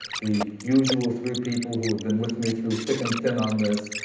the usual three people who have been with me through thick and thin on this,